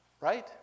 Right